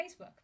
Facebook